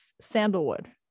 sandalwood